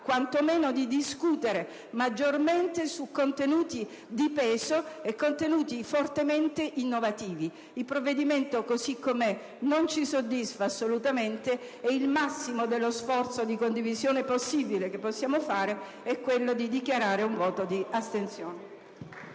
possibilità di discutere maggiormente su contenuti di peso e fortemente innovativi. Il provvedimento, così com'è, non ci soddisfa assolutamente; il massimo dello sforzo di condivisione che possiamo fare è di dichiarare un voto di astensione.